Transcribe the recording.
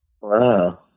wow